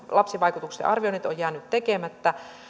lapsivaikutusten arvioinnit ovat jääneet tekemättä